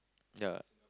ya